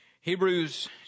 Hebrews